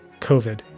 COVID